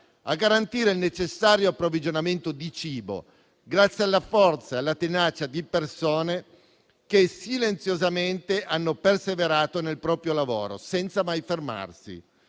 a garantire il necessario approvvigionamento di cibo, grazie alla forza e alla tenacia di persone che silenziosamente hanno perseverato nel proprio lavoro, senza mai fermarsi.